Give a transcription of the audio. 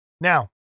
Now